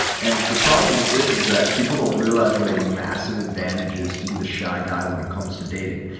and the problem with this is that people don't realize what a massive advantage is to be the shy guy when it comes to dating.